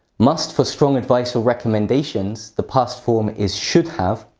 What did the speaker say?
must for strong advice or recommendations, the past form is should have.